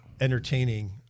entertaining